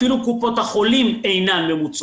אפילו קופות החולים אינן ממוצות.